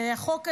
החוק הזה,